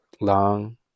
long